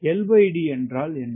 LD என்றால் என்ன